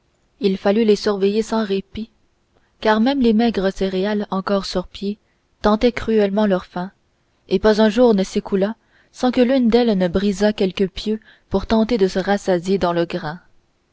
il fallut les surveiller sans répit car même les maigres céréales encore sur pied tentaient cruellement leur faim et pas un jour ne s'écoula sans que l'une d'elles ne brisât quelques pieux pour tenter de se rassasier dans le grain